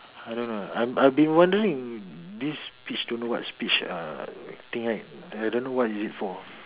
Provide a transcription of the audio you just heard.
I don't know I I have been wondering this speech don't know what speech uh thing right I don't know what is it for